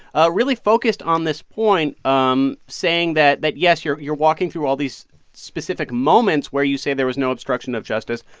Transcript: ah really focused on this point, um saying that, yes, you're you're walking through all these specific moments where you say there was no obstruction of justice,